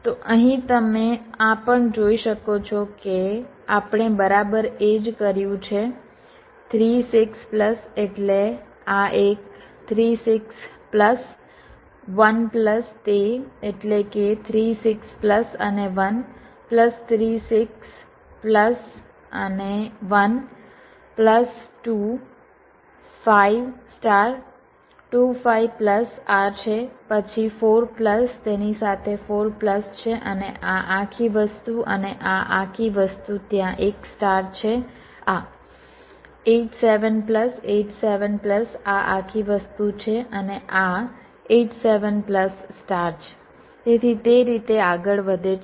તો અહીં તમે આ પણ જોઈ શકો છો કે આપણે બરાબર એ જ કર્યું છે 3 6 પ્લસ એટલે આ એક 3 6 પ્લસ 1 પ્લસ તે એટલે કે 3 6 પ્લસ અને 1 પ્લસ 3 6 પ્લસ અને 1 પ્લસ 2 5 સ્ટાર 2 5 પ્લસ આ છે પછી 4 પ્લસ તેની સાથે 4 પ્લસ છે અને આ આખી વસ્તુ અને આ આખી વસ્તુ ત્યાં એક સ્ટાર છે આ 8 7 પ્લસ 8 7 પ્લસ આ આખી વસ્તુ છે અને આ 8 7 પ્લસ સ્ટાર છે તેથી તે રીતે આગળ વધે છે